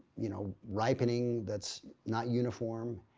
you know ripening that's not uniform.